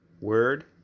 word